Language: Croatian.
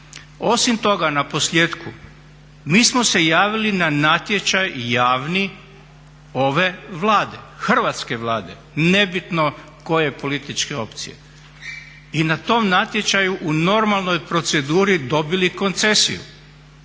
Osim toga, naposljetku mi smo se javili na natječaj javni ove vlade, hrvatske Vlade nebitno koje političke opcije i na tom natječaju u normalnoj proceduri dobili koncesiju.